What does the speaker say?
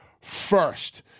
first